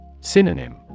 Synonym